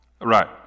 Right